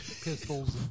pistols